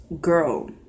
girl